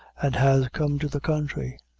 an' has come to the counthry.